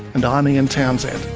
and i'm ian townsend